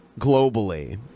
globally